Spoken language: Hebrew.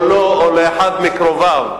או לו או לאחד מקרוביו.